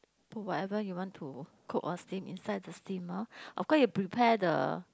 put whatever you want to cook or steam inside the steamer of course you prepare the